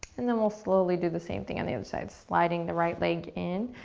and then we'll slowly do the same thing on the other side, sliding the right leg in.